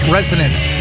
Resonance